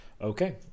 Okay